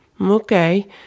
Okay